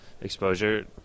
exposure